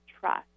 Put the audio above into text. trust